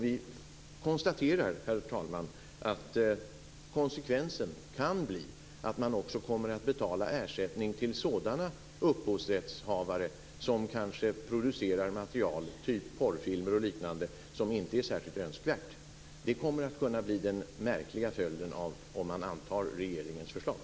Vi konstaterar, herr talman, att konsekvensen kan bli att man också kommer att betala ersättning till sådana upphovsrättshavare som kanske producerar material, typ porrfilmer och liknande, som inte är särskilt önskvärt. Det kommer att kunna bli den märkliga följden om man antar regeringens förslag.